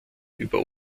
über